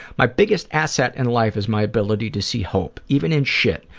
my biggest asset in life is my ability to see hope, even in shit,